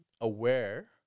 aware